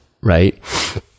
right